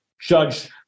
judge